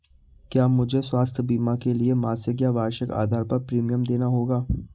क्या मुझे स्वास्थ्य बीमा के लिए मासिक या वार्षिक आधार पर प्रीमियम देना होगा?